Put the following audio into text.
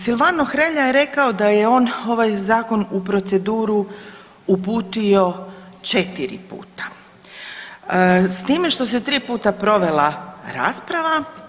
Silvano Hrelja je rekao da je on ovaj zakon u proceduru uputio 4 puta s time što se 3 puta provela rasprava.